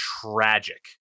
tragic